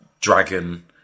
dragon